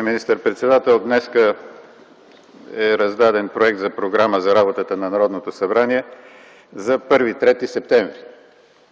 министър-председател, днес е раздаден Проект за Програма за работата на Народното събрание за 1-3 септември 2010 г.